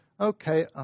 Okay